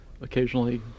occasionally